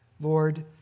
Lord